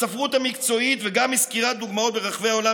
בספרות המקצועית וגם מסקירת דוגמאות מרחבי העולם